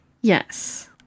Yes